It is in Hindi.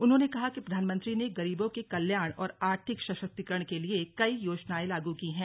उन्होंने कहा कि प्रधानमंत्री ने गरीबों के कल्याण और आर्थिक सशक्तीकरण के लिए कई योजनाएं लागू की हैं